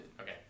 Okay